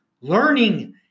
learning